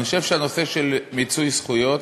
אני חושב שהנושא של מיצוי זכויות,